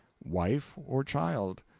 wife, or child?